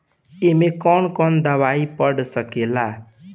ए में कौन कौन दवाई पढ़ सके ला?